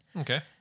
Okay